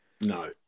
No